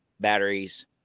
batteries